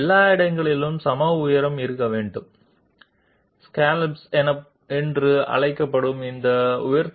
ఈ అప్రైజ్ చేయబడిన భాగాలు టాలరెన్స్ విలువలోనే ఉండాలి లేదా అన్ని చోట్లా సమాన ఎత్తులో ఉండాలి ఇది సాధించడం చాలా కష్టం